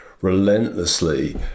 relentlessly